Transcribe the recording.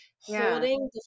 holding